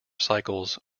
cycles